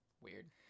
weird